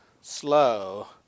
slow